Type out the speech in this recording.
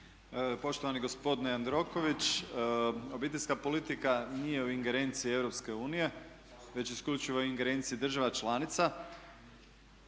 Poštovani gospodine Jandroković, obiteljska politika nije u ingerenciji EU već isključivo u ingerenciji država članica,